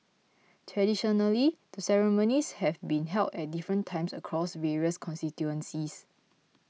traditionally the ceremonies have been held at different times across various constituencies